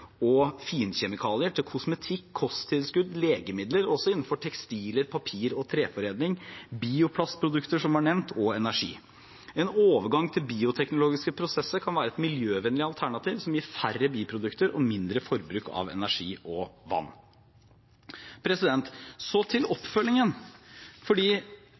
og finkjemikalier til kosmetikk, kosttilskudd og legemidler, og også innenfor tekstiler, papir- og treforedling, bioplastprodukter – som var nevnt – og energi. En overgang til bioteknologiske prosesser kan være et miljøvennlig alternativ som gir færre biprodukter og mindre forbruk av energi og vann. Så til